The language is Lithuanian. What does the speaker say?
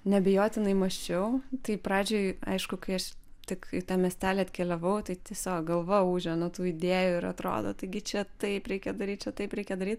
neabejotinai mąsčiau tai pradžioj aišku kai aš tik į tą miestelį atkeliavau tai tiesiog galva ūžė nuo tų idėjų ir atrodo taigi čia taip reikia daryt čia taip reikia daryt